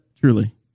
Truly